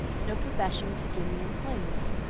no profession to give me employment,